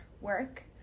work